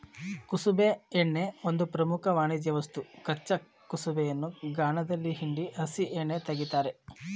ಕುಸುಬೆ ಎಣ್ಣೆ ಒಂದು ಪ್ರಮುಖ ವಾಣಿಜ್ಯವಸ್ತು ಕಚ್ಚಾ ಕುಸುಬೆಯನ್ನು ಗಾಣದಲ್ಲಿ ಹಿಂಡಿ ಹಸಿ ಎಣ್ಣೆ ತೆಗಿತಾರೆ